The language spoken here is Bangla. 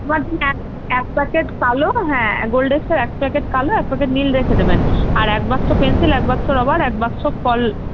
এক প্যাকেট কালো হ্যাঁ গোলডেক্সের এক প্যাকেট কালো এক প্যাকেট নীল রেখে দেবেন আর এক বাক্স পেনসিল এক বাক্স রবার এক বাক্স কল